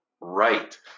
Right